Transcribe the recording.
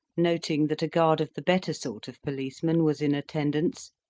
noting that a guard of the better sort of policemen was in attendance,